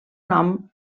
nom